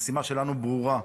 המשימה שלנו ברורה: